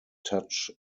touch